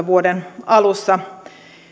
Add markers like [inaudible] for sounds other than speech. [unintelligible] vuoden kaksituhattaseitsemäntoista alussa